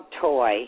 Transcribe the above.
toy